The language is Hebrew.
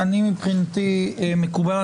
מבחינתי מקובל,